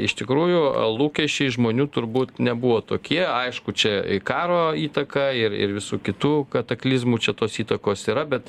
iš tikrųjų lūkesčiai žmonių turbūt nebuvo tokie aišku čia ikaro įtaka ir ir visų kitų kataklizmų čia tos įtakos yra bet